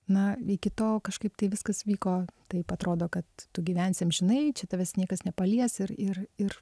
na iki tol kažkaip tai viskas vyko taip atrodo kad tu gyvensi amžinai čia tavęs niekas nepalies ir ir ir